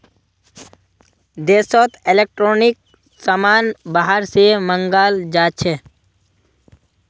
देशोत इलेक्ट्रॉनिक समान बाहर से मँगाल जाछे